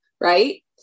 right